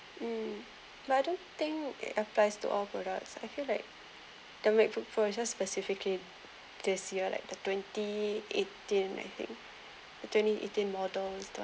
mm but I don't think it applies to all products I feel like the macbook pro is just specifically this year like the twenty eighteen I think the twenty eighteen model